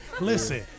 Listen